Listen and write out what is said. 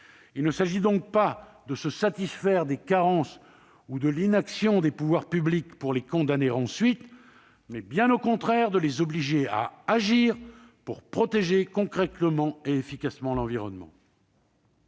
Il ne s'agit donc pas de se satisfaire des carences ou de l'inaction des pouvoirs publics pour les condamner ensuite, mais bien au contraire de les obliger à agir pour protéger concrètement et efficacement l'environnement.